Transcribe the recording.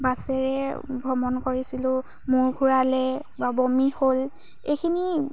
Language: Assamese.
বাছেৰে ভ্ৰমণ কৰিছিলোঁ মূৰ ঘূৰালে বা বমি হ'ল এইখিনি